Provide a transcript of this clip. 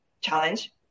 challenge